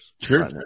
Sure